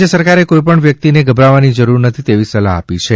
રાજ્ય સરકારે કોઇપણ વ્યક્તિ ગભરાવાની જરૂર નથી તેવી સલાહ આપી છે